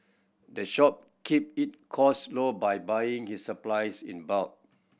the shop keep it costs low by buying its supplies in bulk